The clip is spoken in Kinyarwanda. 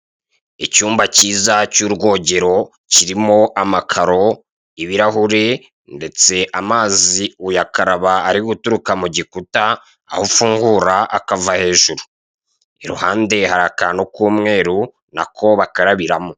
Icyumba kiza cy'urwogero kirimo amakaro, ibirahure ndetse amazi uyakaraba ari guturuka mu gikuta aho ufungura akava hejuru. Iruhande hari akantu k'umweru nako bakarabiramo.